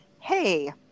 Hey